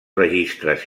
registres